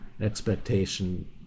expectation